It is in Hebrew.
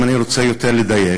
אם אני רוצה לדייק,